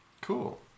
Cool